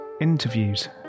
interviews